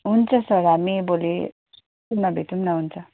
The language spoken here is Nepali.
हुन्छ सर हामी भोलि स्कुलमा भेटौँ न हुन्छ